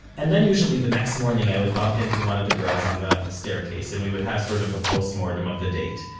and then usually the next morning, i would bump into one of the girls on the staircase and we would have sort-of sort of a post-mortem of the date.